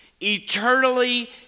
eternally